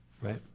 right